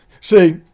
See